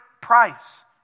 price